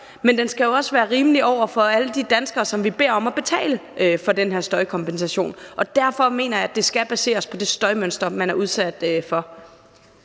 men jo også over for alle de danskere, som vi beder om at betale for den her støjkompensation, og derfor mener jeg, at det skal baseres på det støjmønster, man er udsat for.